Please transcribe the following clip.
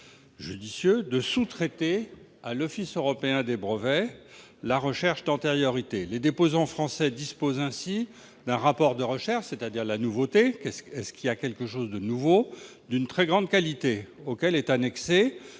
de sous-traiter à l'Office européen des brevets, l'OEB, la recherche d'antériorité. Les déposants français disposent ainsi d'un rapport de recherche, c'est-à-dire de nouveauté- est-ce qu'il y a quelque chose de nouveau ?-, d'une très grande qualité, auquel est annexé